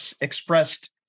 expressed